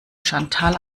chantal